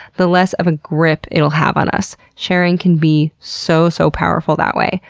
the less of a grip it'll have on us. sharing can be so, so powerful that way.